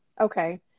Okay